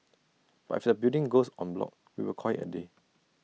but if the building goes on bloc we will call IT A day